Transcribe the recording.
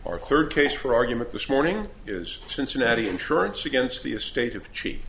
our third case for argument this morning is cincinnati insurance against the estate of ch